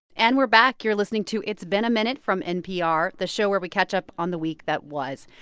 and we're back. you're listening to it's been a minute from npr, the show where we catch up on the week that was.